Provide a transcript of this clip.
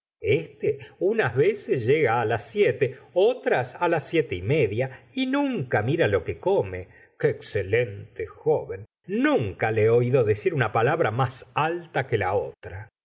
este unas veces llega á las siete otras á las siete y media y nunca mira lo que come qué excelente joven nunca le he oído decir una palabra más alta que otra